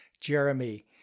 Jeremy